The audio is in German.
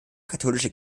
katholische